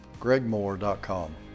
gregmoore.com